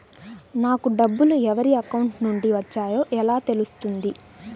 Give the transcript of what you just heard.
నాకు డబ్బులు ఎవరి అకౌంట్ నుండి వచ్చాయో ఎలా తెలుస్తుంది?